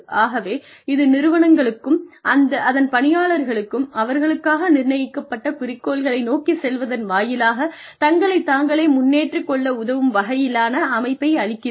ஆகவே இது நிறுவனங்களுக்கும் அதன் பணியாளர்களுக்கும் அவர்களுக்காக நிர்ணயிக்கப்பட்ட குறிக்கோள்களை நோக்கி செல்வதன் வாயிலாக தங்களை தாங்களே முன்னேற்றிக் கொள்ள உதவும் வகையிலான அமைப்பை அளிக்கிறது